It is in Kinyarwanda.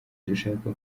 dushaka